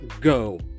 go